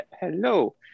hello